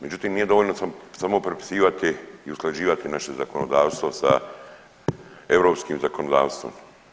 Međutim, nije dovoljno samo prepisivati i usklađivati naše zakonodavstvo sa europskim zakonodavstvom.